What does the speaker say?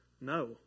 no